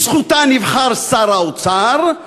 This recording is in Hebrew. בזכותה נבחר שר האוצר,